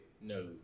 No